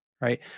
right